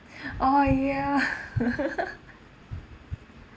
oh ya